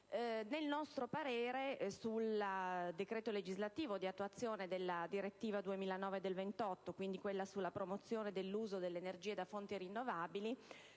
al parere sul decreto legislativo di attuazione della direttiva n. 28 del 2009 sulla promozione dell'uso delle energie da fonti rinnovabili,